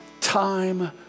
time